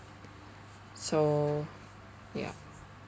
so ya